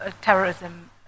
terrorism